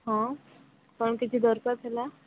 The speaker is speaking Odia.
ହଁ କ'ଣ କିଛି ଦରକାର ଥିଲା